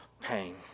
pain